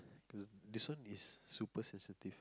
this one is super sensitive